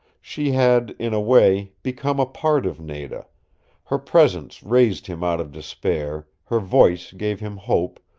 she had, in a way, become a part of nada her presence raised him out of despair, her voice gave him hope,